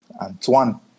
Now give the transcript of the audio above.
Antoine